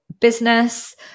business